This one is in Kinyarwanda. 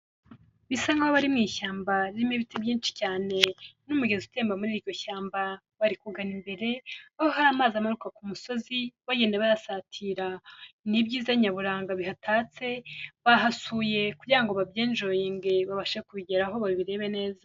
Bisa nk'aho bari mu ishyamba ririmo ibiti byinshi cyane n'umugezi utemba muri iryo shyamba, bari kugana imbere aho hari amazi amanuka ku musozi bagenda bayasatira. Ni ibyiza nyaburanga bihatatse, bahasuye kugira babyijoyinge babashe kubigeraho babirebe neza.